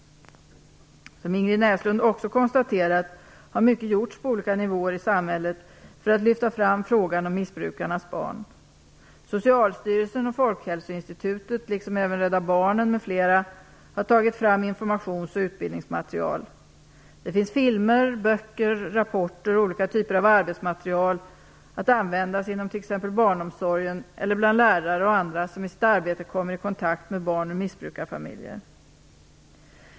Som Ingrid Näslund också konstaterat har mycket gjorts på olika nivåer i samhället för att lyfta fram frågan om missbrukarnas barn. Socialstyrelsen och har tagit fram informations och utbildningsmaterial. Det finns filmer, böcker, rapporter och olika typer av arbetsmaterial att användas inom t.ex. barnomsorgen eller bland lärare och andra som i sitt arbete kommer i kontakt med barn ur missbrukarfamiljer.